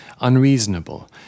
unreasonable